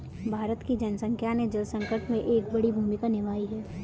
भारत की जनसंख्या ने जल संकट में एक बड़ी भूमिका निभाई है